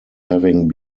having